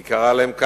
כך היא קראה להם,